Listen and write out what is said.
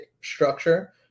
structure